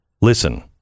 Listen